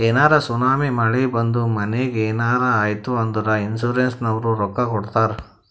ಏನರೇ ಸುನಾಮಿ, ಮಳಿ ಬಂದು ಮನಿಗ್ ಏನರೇ ಆಯ್ತ್ ಅಂದುರ್ ಇನ್ಸೂರೆನ್ಸನವ್ರು ರೊಕ್ಕಾ ಕೊಡ್ತಾರ್